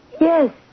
Yes